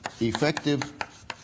Effective